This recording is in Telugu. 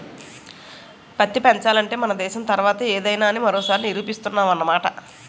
పత్తి పెంచాలంటే మన దేశం తర్వాతే ఏదైనా అని మరోసారి నిరూపిస్తున్నావ్ అన్నమాట